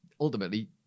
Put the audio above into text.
ultimately